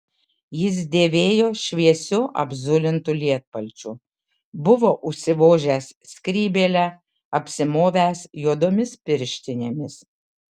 jis dėvėjo šviesiu apzulintu lietpalčiu buvo užsivožęs skrybėlę apsimovęs juodomis pirštinėmis